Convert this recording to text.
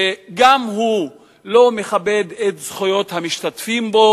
שגם הוא לא מכבד את זכויות המשתתפים בו.